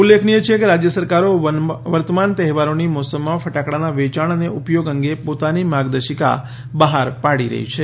ઉલ્લેખનીય છે કે રાજ્ય સરકારો વર્તમાન તહેવારોની મોસમમાં ફટાકડાના વેચાણ અને ઉપયોગ અંગે પોતાની માર્ગદર્શિકા બહાર પાડી રહી છે